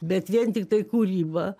bet vien tiktai kūryba